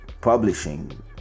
publishing